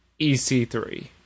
EC3